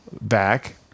back